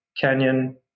canyon